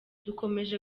dukomeje